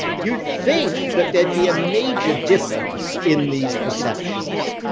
you'd think that there'd be ah major difference in these perceptions.